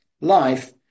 life